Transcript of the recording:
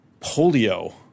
polio